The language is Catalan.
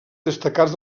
destacats